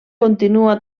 continua